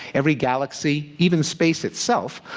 every galaxy, even space itself,